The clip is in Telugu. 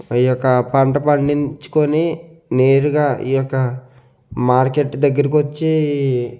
అయ్యాక పంట పండించుకొని నేరుగా ఈ యొక్క మార్కెట్ దగ్గరికి వచ్చి ఈ